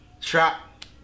trap